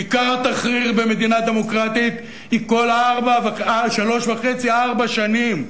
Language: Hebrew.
כיכר תחריר במדינה דמוקרטית היא כל שלוש-וחצי ארבע שנים.